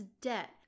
debt